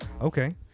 Okay